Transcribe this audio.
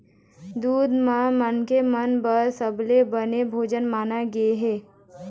दूद ल मनखे मन बर सबले बने भोजन माने गे हे